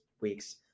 weeks